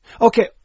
Okay